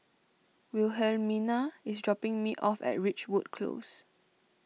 Wilhelmina is dropping me off at Ridgewood Close